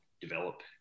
develop